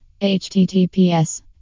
HTTPS